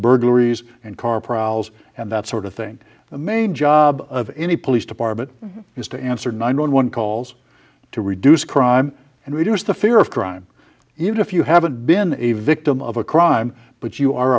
burglaries and car prowls and that sort of thing the main job of any police department is to answer nine one one calls to reduce crime and reduce the fear of crime even if you haven't been a victim of a crime but you are